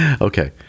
okay